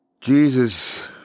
Jesus